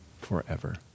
forever